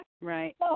Right